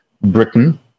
Britain